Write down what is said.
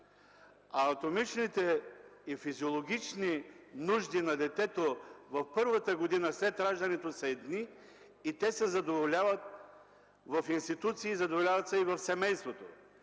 Анатомичните и физиологични нужди на детето в първата година след раждането са едни, и те се задоволяват в институции, задоволяват се и в семейството,